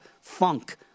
funk